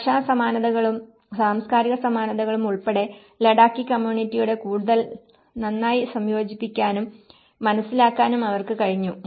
ഭാഷാ സമാനതകളും സാംസ്കാരിക സമാനതകളും ഉൾപ്പെടെ ലഡാക്കി കമ്മ്യൂണിറ്റിയുമായി കൂടുതൽ നന്നായി സംയോജിപ്പിക്കാനും മനസ്സിലാക്കാനും അവർക്ക് കഴിഞ്ഞു